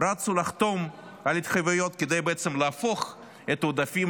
רצו לחתום על התחייבויות כדי להפוך את העודפים